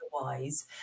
otherwise